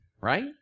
right